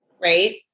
right